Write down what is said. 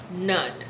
None